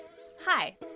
hi